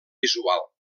visual